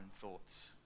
thoughts